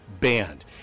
banned